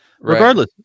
Regardless